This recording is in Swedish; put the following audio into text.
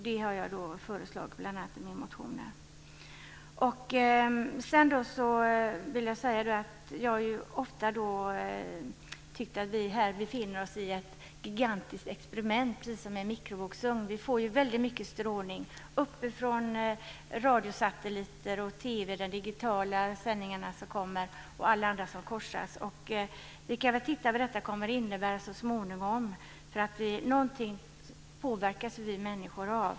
Det har jag föreslagit bl.a. i min motion. Jag vill säga att jag ofta har tyckt att vi här befinner oss i ett gigantiskt experiment, precis som i en mikrovågsugn. Vi får ju väldigt mycket strålning från radio och TV-satelliter, de digitala sändningarna osv. Vi kan titta på vad detta innebär så småningom. Någonting påverkas vi människor av.